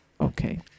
Okay